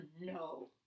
no